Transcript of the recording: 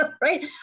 Right